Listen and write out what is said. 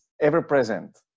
ever-present